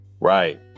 Right